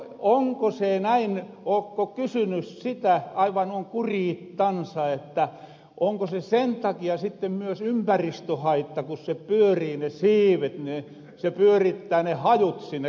onko se näin ookko kysyny sitä aivan noin kuriittansa onko se sen takia sitten myös ympäristöhaitta että ku ne siivet pyörii niin se pyörittää ne hajut sinne keskustaan